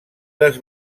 les